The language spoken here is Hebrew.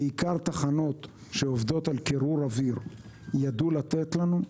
בעיקר תחנות שעובדות על קירור אוויר ידעו לתת לנו,